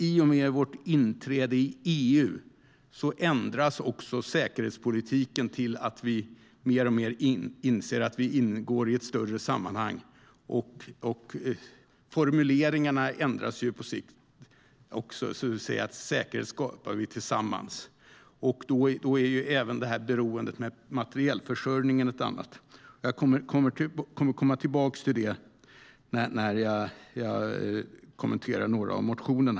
I och med vårt inträde i EU ändrades säkerhetspolitiken till att vi mer och mer inser att vi ingår i ett större sammanhang. På sikt ändrades också formuleringarna till att säga att vi skapar säkerhet tillsammans. Vi har även beroendet i fråga om materielförsörjning. Jag återkommer till det när jag ska kommentera några av motionerna.